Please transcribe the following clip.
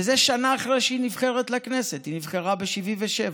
וזה שנה אחרי שהיא נבחרת לכנסת, היא נבחרה ב-77',